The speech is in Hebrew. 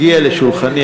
הגיע לשולחני,